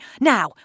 Now